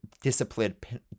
disciplined